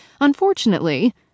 Unfortunately